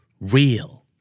real